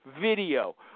video